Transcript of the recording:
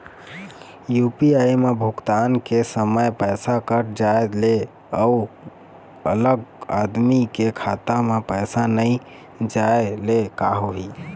UPI म भुगतान के समय पैसा कट जाय ले, अउ अगला आदमी के खाता म पैसा नई जाय ले का होही?